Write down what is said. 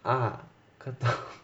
ah 蝌蚪